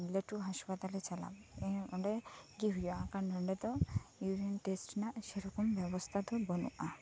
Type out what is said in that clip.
ᱞᱟ ᱴᱩ ᱦᱟᱸᱥᱯᱟᱛᱟᱞ ᱨᱮ ᱪᱟᱞᱟᱜ ᱢᱮ ᱦᱮ ᱚᱸᱰᱮ ᱜᱮ ᱦᱩᱭᱩᱜᱼᱟ ᱡᱟᱦᱟᱸᱞᱮᱠᱟ ᱱᱚᱰᱮ ᱫᱚ ᱤᱭᱩᱨᱤᱱ ᱴᱮᱥᱴ ᱨᱮᱱᱟᱜ ᱥᱮ ᱨᱚᱠᱚᱢ ᱵᱮᱵᱚᱥᱛᱟ ᱫᱚ ᱵᱟ ᱱᱩᱜᱼᱟ